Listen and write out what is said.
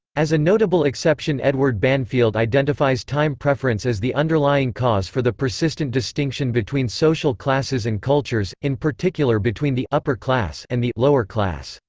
as a notable exception edward banfield identifies time preference as the underlying cause for the persistent distinction between social classes and cultures, in particular between the upper class and the lower class.